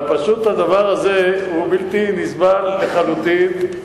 הדבר הזה הוא בלתי נסבל לחלוטין.